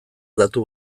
datu